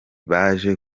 baje